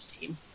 team